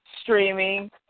streaming